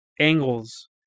angles